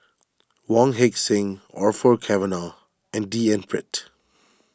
Wong Heck Sing Orfeur Cavenagh and D N Pritt